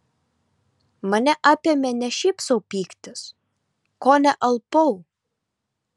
mane apėmė ne šiaip sau pyktis kone alpau